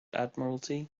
admiralty